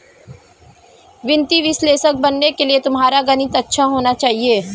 वित्तीय विश्लेषक बनने के लिए तुम्हारा गणित अच्छा होना चाहिए